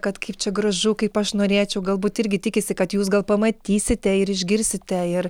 kad kaip čia gražu kaip aš norėčiau galbūt irgi tikisi kad jūs gal pamatysite ir išgirsite ir